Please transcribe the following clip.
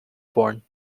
born